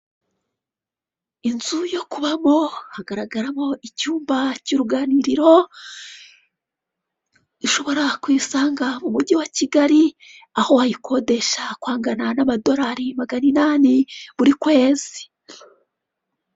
Inzu yo kubamo hagaragaramo icyumba cy'uruganiriro ushobora kuyisanga umujyi wa Kigali aho wayikodesha ku angana n'amadolari magana inani buri kwezi.